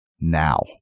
now